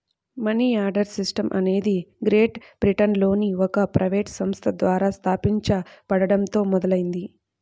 money order system అనేది great బ్రిటన్లోని ఒక ప్రైవేట్ సంస్థ ద్వారా స్థాపించబడటంతో మొదలైంది